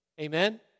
Amen